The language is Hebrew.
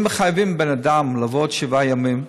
אם מחייבים בן אדם לעבוד שבעה ימים,